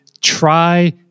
try